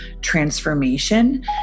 transformation